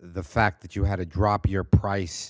the fact that you had to drop your price